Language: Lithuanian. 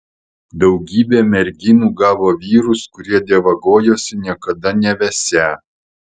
daugybė merginų gavo vyrus kurie dievagojosi niekada nevesią